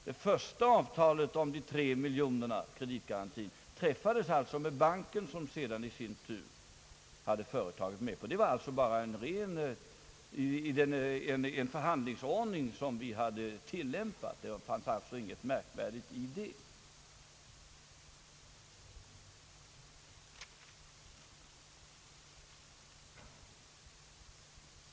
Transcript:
Det första avtalet om kreditgaran tin på 3 miljoner träffades alltså med banken, som i sin tur hade företaget med på saken. Detta var den förhandlingsordning som vi hade tillämpat. Det fanns ingenting märkvärdigt i detta.